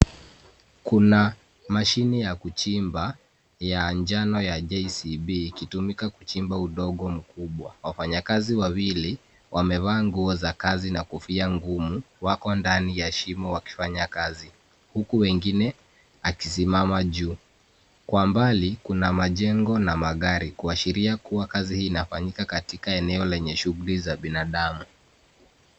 Kuna mashine ya kuchimba ya njano ya JCB ikitumika kuchimba udongo mkubwa. Wafanyakazi wawili wamevaa nguo za kazi na kofia ngumu wako ndani ya shimo wakifanya kazi huku wengine akisimama juu. Kwa mbali kuna majengo na magari kuashiria kuwa kazi hii inafanyika katika eneo lenye shughuli za binadamu.